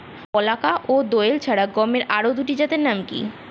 বলাকা ও দোয়েল ছাড়া গমের আরো দুটি জাতের নাম কি?